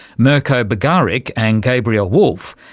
mirko bagaric and gabrielle wolf,